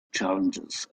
challenges